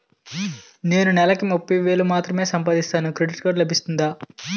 నేను నెల కి ముప్పై వేలు మాత్రమే సంపాదిస్తాను క్రెడిట్ కార్డ్ లభిస్తుందా?